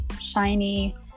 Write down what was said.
shiny